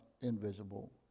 invisible